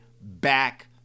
back